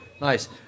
Nice